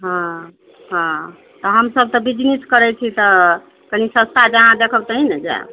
हँ हँ तऽ हमसभ तऽ बिजनेस करैत छी तऽ कनि सस्ता जहाँ देखब तहि न जायब